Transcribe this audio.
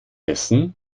essen